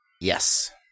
Yes